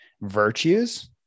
Virtues